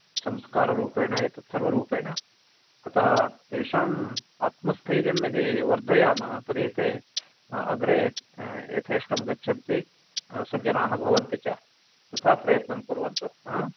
संस्काररूपेण एतद् सर्व रूपेण अतः तेषां आत्मस्थैर्यं यदि वर्धयामः तर्हि ते अग्रे यथेष्टं गच्छन्ति सज्जनाः भवन्ति च तथा प्रयत्नं कुर्वन्तु आम्